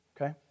Okay